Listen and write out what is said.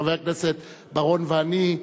חבר הכנסת בר-און ואני,